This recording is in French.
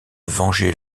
venger